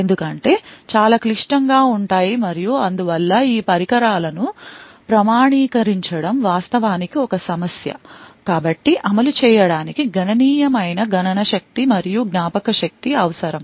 ఎందుకంటే అవి చాలా క్లిష్టంగా ఉంటాయి మరియు అందువల్ల ఈ పరికరాలను ప్రామాణీకరించడం వాస్తవానికి ఒక సమస్య కాబట్టి అమలు చేయడానికి గణనీయమైన గణన శక్తి మరియు జ్ఞాపకశక్తి అవసరం